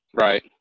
Right